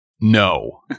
no